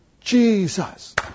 Jesus